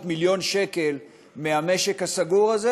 300 מיליון שקל מהמשק הסגור הזה,